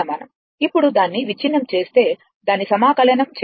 ఇప్పుడు దాన్ని విచ్ఛిన్నం చేసి దాన్ని సమాకలనం చేయండి